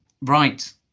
Right